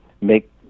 make